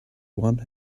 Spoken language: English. want